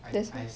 that's why